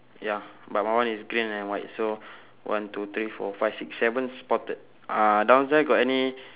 ya but my one is green and white so one two three four five six seven spotted uh downstairs got any